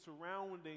surrounding